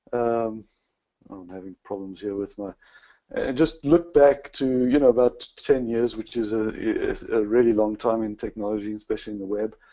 i'm having problems here with my, and just look back to, you know, abut ten years, which is ah is a really long time in technology, especially in the web.